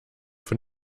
von